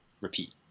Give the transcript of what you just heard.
repeat